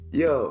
yo